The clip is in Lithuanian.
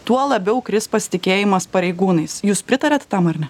tuo labiau kris pasitikėjimas pareigūnais jūs pritariat tam ar ne